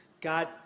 God